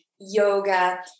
yoga